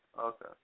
Okay